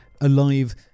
alive